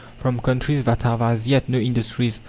from countries that have as yet no industries,